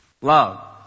Love